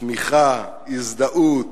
תמיכה, הזדהות